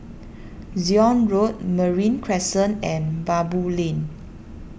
Zion Road Marine Crescent and Baboo Lane